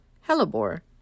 hellebore